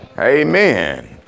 Amen